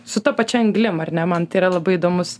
su ta pačia anglim ar ne man tai yra labai įdomus